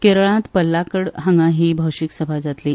केरळात पलाक्वड हांगा ही भौशिख सभा जातली